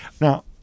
now